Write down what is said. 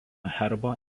herbo